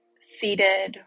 seated